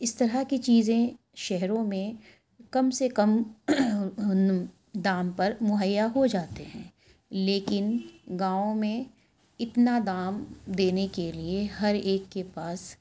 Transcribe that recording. اس طرح کی چیزیں شہروں میں کم سے کم دام پر مہیا ہو جاتے ہیں لیکن گاؤں میں اتنا دام دینے کے لیے ہر ایک کے پاس